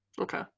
Okay